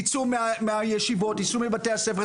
יצאו מהישיבות, יצאו מבתי הספר.